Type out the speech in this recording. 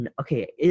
okay